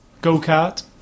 Go-kart